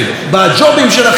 במקורבים שלכם,